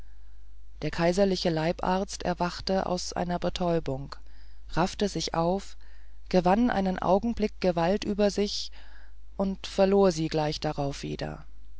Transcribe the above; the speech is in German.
der kaiserliche leibarzt erwachte aus seiner betäubung raffte sich auf gewann einen augenblick gewalt über sich und verlor sie gleich darauf wieder